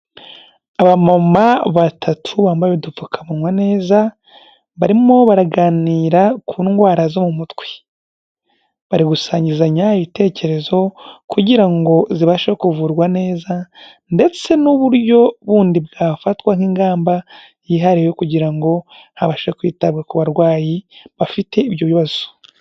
Abamama batatu bambaye udupfukamunwa neza, barimo baraganira ku ndwara zo mu mutwe. Bari gusangizanya ibitekerezo kugira ngo zibashe kuvurwa neza, ndetse n'uburyo bundi bwafatwa nk'ingamba yihariye kugira ngo habashe kwitabwa ku barwayi bafite ibyo bibazo.